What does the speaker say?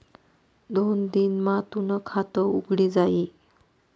दोन दिन मा तूनं खातं उघडी जाई